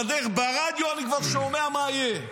ובדרך אני כבר שומע ברדיו מה יהיה.